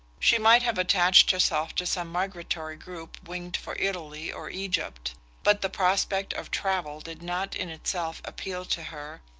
she might have attached herself to some migratory group winged for italy or egypt but the prospect of travel did not in itself appeal to her,